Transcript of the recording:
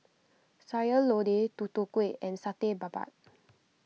Sayur Lodeh Tutu Kueh and Satay Babat